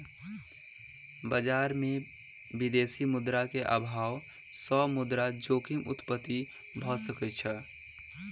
बजार में विदेशी मुद्रा के अभाव सॅ मुद्रा जोखिम उत्पत्ति भ सकै छै